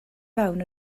fewn